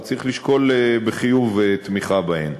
אז צריך לשקול בחיוב תמיכה בהן.